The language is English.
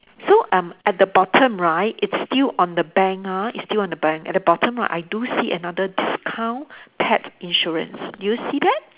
so um at the bottom right it's still on the bank ah it's still on the bank at the bottom right I do see another discount pet insurance do you see that